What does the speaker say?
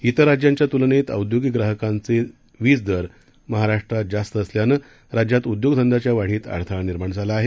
अन्य राज्याच्या तुलनेत औद्योगिक ग्राहकांचे वीज दर जास्त असल्यानं राज्यात उद्योगधंद्यांच्या वाढीत अडथळा निर्माण झाला आहे